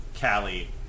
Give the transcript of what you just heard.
Callie